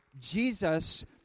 Jesus